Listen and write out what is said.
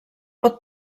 pot